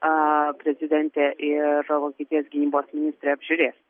a prezidentė ir vokietijos gynybos ministrė apžiūrės